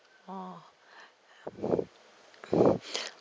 orh